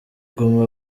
goma